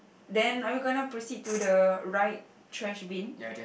then are you gonna to proceed to the right trash bin